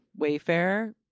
Wayfair